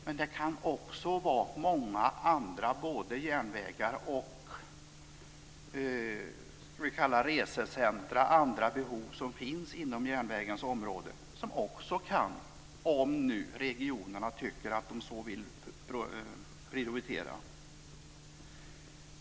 Men det kan också gälla många andra både järnvägar och andra behov inom järnvägens område, t.ex. resecentrum - om nu regionerna tycker att de vill prioritera så.